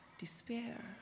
despair